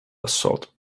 assault